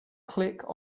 click